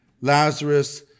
Lazarus